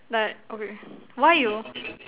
like okay why you